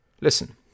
listen